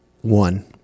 One